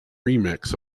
remix